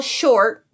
short